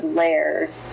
layers